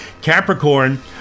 Capricorn